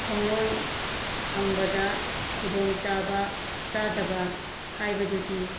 ꯈꯣꯡꯂꯣꯏ ꯐꯪꯕꯗ ꯈꯨꯗꯣꯡ ꯆꯥꯕ ꯆꯥꯗꯕ ꯍꯥꯏꯕꯗꯨꯗꯤ